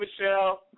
Michelle